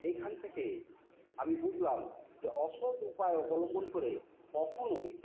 এইখান থেকে আমি বুঝলাম যে অসৎ উপায় অবলম্বন করে কখনও